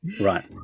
right